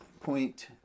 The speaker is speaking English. Point